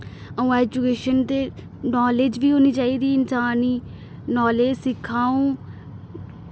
अ'ऊं एजुकेशन ते नालेज बी होनी चाहिदी इंसान गी नालेज सिक्खां अ'ऊं